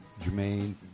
Jermaine